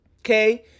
Okay